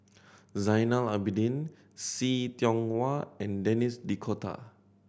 Zainal Abidin See Tiong Wah and Denis D'Cotta